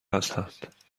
هستند